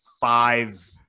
five